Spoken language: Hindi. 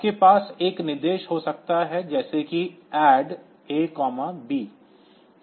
आपके पास एक निर्देश हो सकता है जैसे कि ADD A B